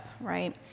right